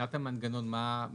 ומבחינת המנגנון, אילו